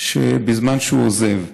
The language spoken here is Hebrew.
בזמן שהוא עוזב.